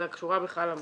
אלא קשורה בכלל למדינה.